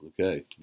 Okay